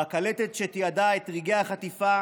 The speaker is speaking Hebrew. בקלטת שתיעדה את רגעי החטיפה